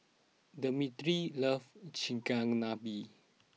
Dimitri loves Chigenabe